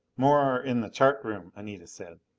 more are in the chart room, anita said.